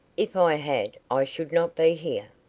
if i had, i should not be here.